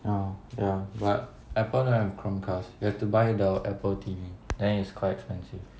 oh ya but Apple don't have Chromecast you have to buy the Apple T_V then it's quite expensive